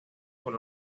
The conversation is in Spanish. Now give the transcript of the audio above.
por